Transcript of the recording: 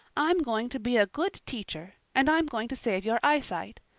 i'm going to be a good teacher and i'm going to save your eyesight.